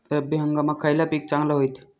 रब्बी हंगामाक खयला पीक चांगला होईत?